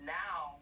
now